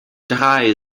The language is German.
drei